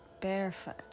barefoot